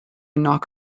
knock